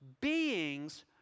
beings